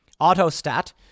Autostat